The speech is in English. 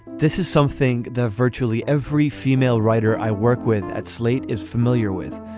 this is something that virtually every female writer i work with at slate is familiar with.